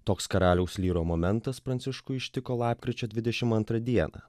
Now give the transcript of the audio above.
toks karaliaus lyro momentas pranciškų ištiko lapkričio dvidešim antrą dieną